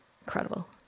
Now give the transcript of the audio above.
Incredible